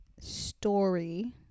story